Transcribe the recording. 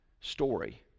story